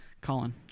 Colin